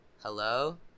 hello